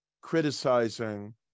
criticizing